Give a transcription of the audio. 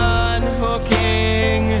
unhooking